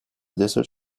desert